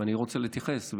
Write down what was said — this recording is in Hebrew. אני רוצה להתייחס,